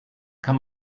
kann